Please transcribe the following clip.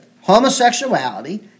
homosexuality